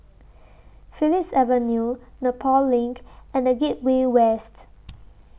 Phillips Avenue Nepal LINK and The Gateway West